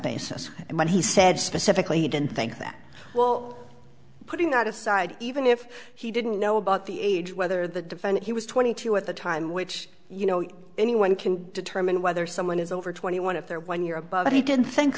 basis and when he said specifically he didn't think that well putting that aside even if he didn't know about the age whether the he was twenty two at the time which you know anyone can determine whether someone is over twenty one if they're when you're above it he didn't think